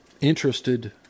interested